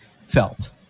felt